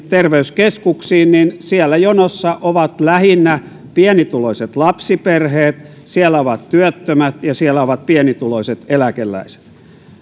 terveyskeskuksiin niin siellä jonossa ovat lähinnä pienituloiset lapsiperheet siellä ovat työttömät ja siellä ovat pienituloiset eläkeläiset